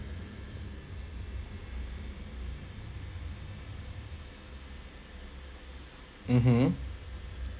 mmhmm